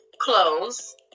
clothes